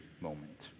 moment